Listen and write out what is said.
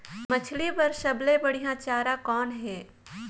मछरी बर सबले बढ़िया चारा कौन हे?